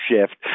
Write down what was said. shift